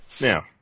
now